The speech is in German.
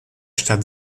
stadt